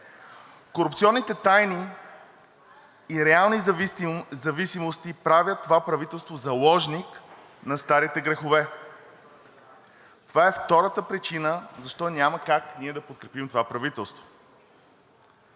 Корупционните тайни и реални зависимости правят това правителство заложник на старите грехове. Това е втората причина защо няма как ние да подкрепим това правителство.